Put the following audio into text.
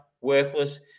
worthless